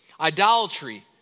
idolatry